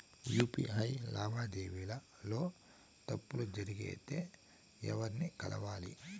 UPI లావాదేవీల లో తప్పులు జరిగితే ఎవర్ని కలవాలి?